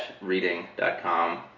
reading.com